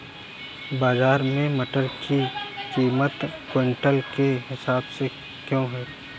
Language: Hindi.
बाजार में मटर की कीमत क्विंटल के हिसाब से क्यो है?